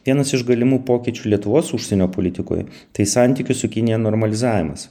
vienas iš galimų pokyčių lietuvos užsienio politikoj tai santykių su kinija normalizavimas